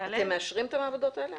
אתם מאשרים את המעבדות האלה?